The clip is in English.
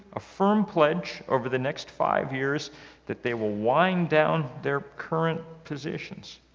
a firm pledge over the next five years that they will wind down their current positions.